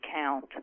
count